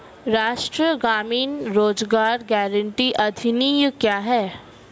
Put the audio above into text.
राष्ट्रीय ग्रामीण रोज़गार गारंटी अधिनियम क्या है?